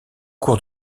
cours